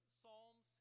psalms